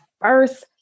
first